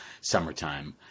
Summertime